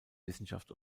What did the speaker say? wissenschaft